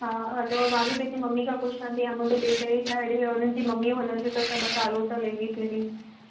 हा हलो मां बि पंहिंजी मम्मी खां पुछां थी ऐं मुंहिंजी ॿी कहिड़ी साहेड़ियूं या उन्हनि जी मम्मीयूं हलंदियूं त सभु असां हलूं था लेडिस लेडिस